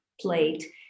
plate